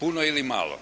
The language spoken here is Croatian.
Puno ili malo?